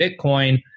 Bitcoin